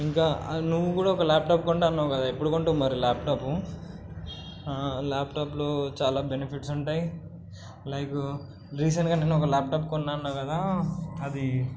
ఇంకా నువ్వు కూడా ఒక ల్యాప్టాప్ కొంటాను అన్నావు కదా ఎప్పుడు కొంటావు మరి ల్యాప్టాప్ ల్యాప్టాప్లో చాలా బెనిఫిట్స్ ఉంటాయి లైక్ రీసెంట్గా నిన్న ఒక ల్యాప్టాప్ కొన్నా అన్నాను కదా అది